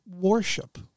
worship